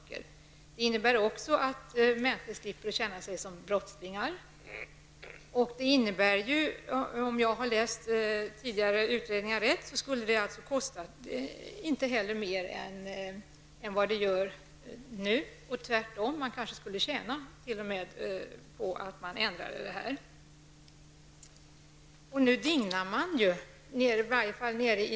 Det innebär också att människor slipper känna sig som brottslingar. Om jag har läst tidigare utredningar rätt behöver detta inte kosta mer än vad det kostar nu, tvärtom kanske det skulle gå att tjäna på att ändra på detta.